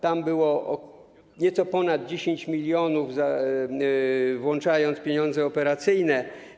Tam było nieco ponad 10 mln, włączając pieniądze operacyjne.